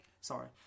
Sorry